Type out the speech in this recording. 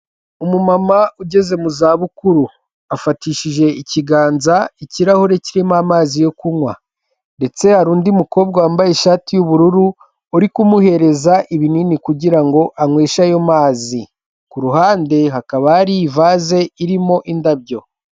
Umumama ugeze mu zabukuru, afatishije ikiganza ikirahure kirimo amazi yo kunywa ndetse hari undi mukobwa wambaye ishati y'ubururu uri kumuhereza ibinini kugira ngo anyweshe ayo mazi. Ku ruhande hakaba hari ivaze irimo indabyo.